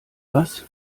was